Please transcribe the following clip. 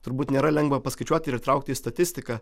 turbūt nėra lengva paskaičiuot ir įtraukt į statistiką